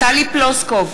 טלי פלוסקוב,